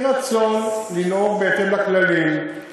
אי-רצון לנהוג בהתאם לכללים,